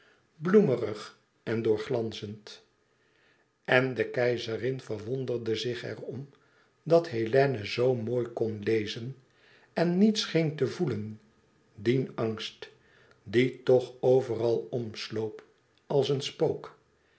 bloemerig en doorglanzend en de keizerin verwonderde zich er om dat hélène zoo mooi kon lezen en niet scheen te voelen dien angst die toch overal omsloop als een spook